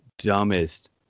dumbest